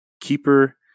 keeper